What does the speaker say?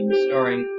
starring